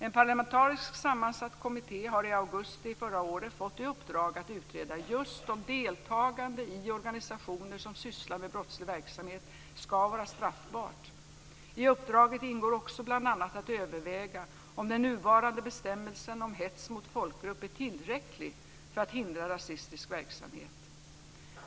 En parlamentariskt sammansatt kommitté har i augusti förra året fått i uppdrag att utreda just om deltagande i organisationer som sysslar med brottslig verksamheten ska vara straffbart. I uppdraget ingår också bl.a. att överväga om den nuvarande bestämmelsen om hets mot folkgrupp är tillräcklig för att hindra rasistisk verksamhet.